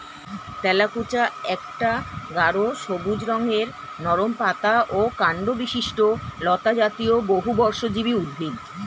তেলাকুচা একটা গাঢ় সবুজ রঙের নরম পাতা ও কাণ্ডবিশিষ্ট লতাজাতীয় বহুবর্ষজীবী উদ্ভিদ